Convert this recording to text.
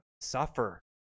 suffer